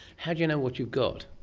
how do you know what you've got?